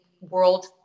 world